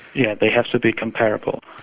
yeah they have to be comparable.